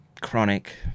chronic